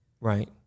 Right